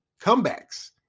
comebacks